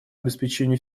обеспечению